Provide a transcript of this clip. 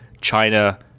China